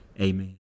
Amen